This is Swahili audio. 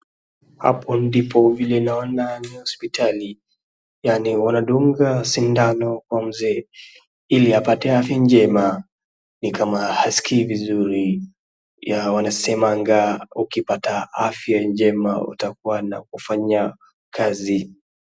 Hapo ndipo vile naona ni hospitali yaani wanadunga sindano kwa mzee ili apate afya njema, ni kama hasikii vizuri, wanasemanga ukipata afya njema utakuwa na kufanya kazi.